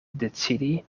decidi